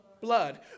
blood